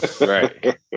Right